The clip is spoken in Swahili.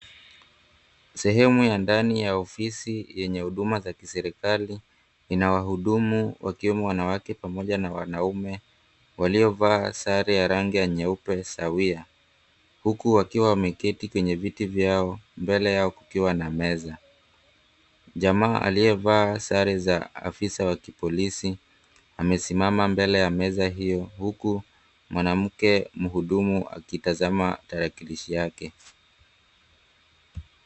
Sehemu ya ndani ya ofisi yenye huduma za kiserikali. Ina wahudumu wakiwemo wanawake pamoja na wanaume, waliovaa sare ya rangi ya nyeupe sawia, huku wakiwa wameketi kwenye viti vyao mbele yao kukiwa na meza. Jamaa aliyevaa sare za afisa wa kipolisi, amesimama mbele ya meza hiyo, huku mwanamke mhudumu akitazama tarakilishi yake.